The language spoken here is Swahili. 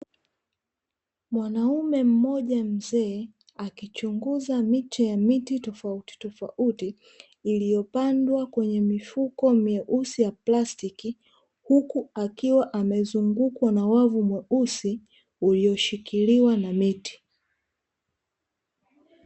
Mwanaume mmoja mzee akichunguza miche ya miti tofauti tofauti, iliyopandwa kwenye mifuko myeusi ya plastiki huku akiwa amezungukwa na wavu mweusi ulioshikiliwa na miti.